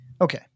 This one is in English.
okay